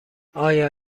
آیا